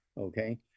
okay